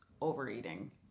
overeating